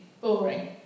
boring